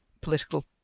political